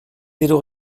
diru